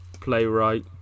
playwright